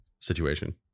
situation